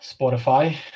Spotify